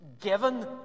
given